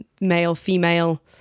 male-female